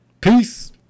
Peace